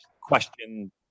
question